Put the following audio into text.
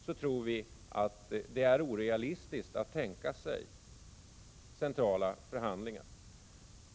Därför tycker vi att det är orealistiskt att tänka sig centrala förhandlingar.